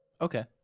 Okay